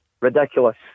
Ridiculous